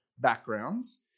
backgrounds